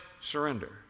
surrender